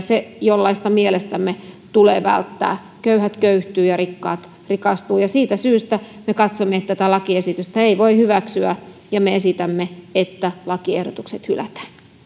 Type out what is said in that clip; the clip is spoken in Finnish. jollaista mielestämme tulee välttää köyhät köyhtyvät ja rikkaat rikastuvat siitä syystä me katsomme että tätä lakiesitystä ei voi hyväksyä ja me esitämme että lakiehdotukset hylätään